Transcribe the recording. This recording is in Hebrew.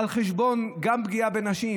על חשבון פגיעה בנשים.